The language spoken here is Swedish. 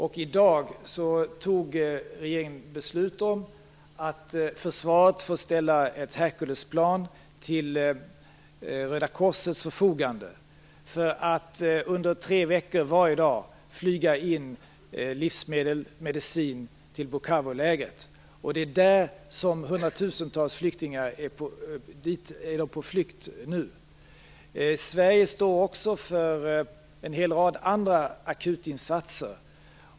I dag fattade regeringen beslut om att försvaret får ställa ett Herculesplan till Röda korsets förfogande för att under tre veckor dagligen flyga in livsmedel och medicin till Bukavulägret, dit hundratusentals flyktingar nu är på väg. Sverige står också för en hel rad andra akutinsatser.